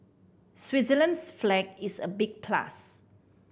Switzerland's flag is a big plus